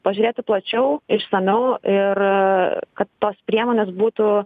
pažiūrėti plačiau išsamiau ir kad tos priemonės būtų